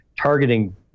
targeting